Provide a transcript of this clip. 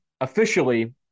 officially